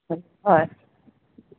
হয়